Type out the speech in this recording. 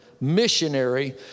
missionary